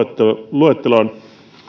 luetteloon